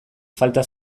falta